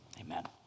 Amen